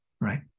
right